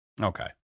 Okay